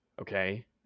okay